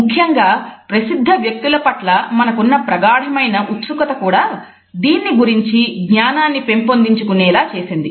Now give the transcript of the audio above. ముఖ్యంగా ప్రసిద్ధ వ్యక్తుల పట్ల మనకున్న ప్రగాఢ మైన ఉత్సుకత కూడా దీన్ని గురించిన జ్ఞానాన్ని పెంపొందించుకునే లా చేసింది